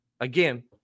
again